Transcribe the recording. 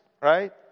right